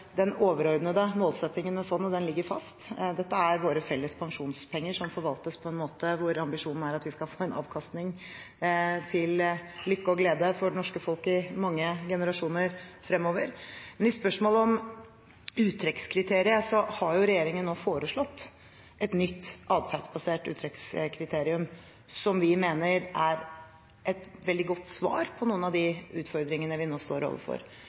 den overordnede målsettingen med fondet ligger fast. Dette er våre felles pensjonspenger, som forvaltes på en måte hvor ambisjonen er at vi skal få en avkastning til lykke og glede for det norske folk i mange generasjoner fremover. Men i spørsmålet om uttrekkskriteriet har regjeringen nå foreslått et nytt adferdsbasert uttrekkskriterium, som vi mener er et veldig godt svar på noen av de utfordringene vi nå står overfor.